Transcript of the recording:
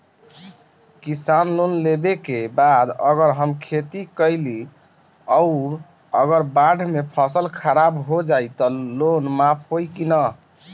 किसान लोन लेबे के बाद अगर हम खेती कैलि अउर अगर बाढ़ मे फसल खराब हो जाई त लोन माफ होई कि न?